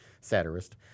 satirist